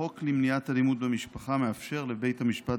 החוק למניעת אלימות במשפחה מאפשר לבית המשפט,